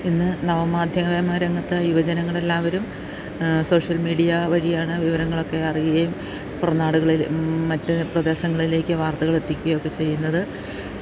ഇന്ന് നവമാധ്യമ രംഗത്ത് യുവജനങ്ങൾ എല്ലാവരും സോഷ്യൽ മീഡിയ വഴിയാണ് വിവരങ്ങൾ ഒക്കെ അറിയുകയും പുറം നാടുകളിൽ മറ്റ് പ്രദേശങ്ങളിലേക്ക് വാർത്തകൾ എത്തിക്കുക ഒക്കെ ചെയ്യുന്നത്